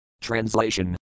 Translation